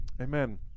amen